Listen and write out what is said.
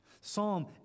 Psalm